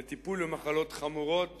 לטיפול במחלות חמורות